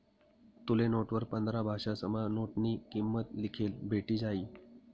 तुले नोटवर पंधरा भाषासमा नोटनी किंमत लिखेल भेटी जायी